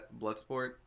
Bloodsport